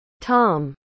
Tom